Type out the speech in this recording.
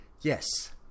yes